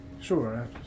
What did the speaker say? Sure